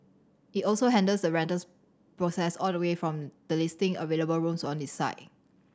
it also handles the rentals process all the way from the listing available rooms on its site